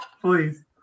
please